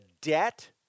debt